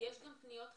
יש גם פניות חדשות?